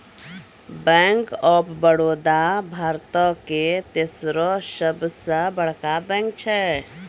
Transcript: bank of Baroda भारतो के तेसरो सभ से बड़का बैंक छै